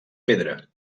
pedra